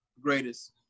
Greatest